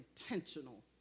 intentional